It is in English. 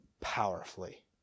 powerfully